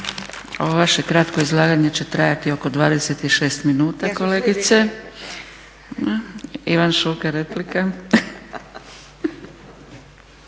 Ovo vaše kratko izlaganje će trajati oko 26 minuta kolegice. Ivan Šuker, replika.